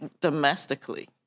domestically